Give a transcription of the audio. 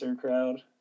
crowd